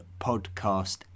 podcast